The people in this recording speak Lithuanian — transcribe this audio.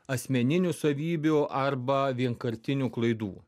asmeninių savybių arba vienkartinių klaidų